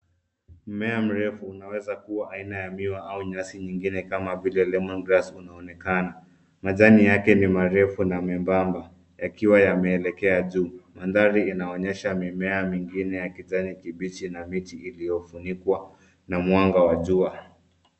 Mmea mrefu unaweza kuwa aina ya miwa au nyasi nyingine kama vile lemon grass unaonekana. Majani yake ni marefu na membamba yakiwa yameelekea juu. Mandhari inaonyesha mimea mingine ya kijani kibichi na miti iliyofunikwa na mwanga wa jua.